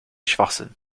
schwachsinn